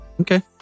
Okay